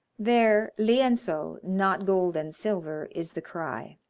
there lienzo, not gold and silver, is the cry.